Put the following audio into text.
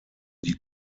die